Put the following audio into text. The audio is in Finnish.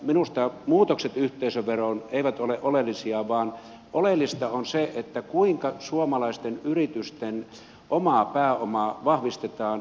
minusta muutokset yhteisöveroon eivät ole oleellisia vaan oleellista on se kuinka suomalaisten yritysten omaa pääomaa vahvistetaan